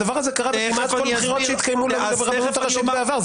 הדבר הזה קרה כמעט כל בחירות שהתקיימו לרבנות הראשית בעבר.